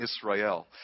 Israel